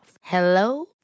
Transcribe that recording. Hello